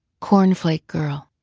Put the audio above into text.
cornflake girl